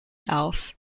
auf